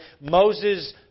Moses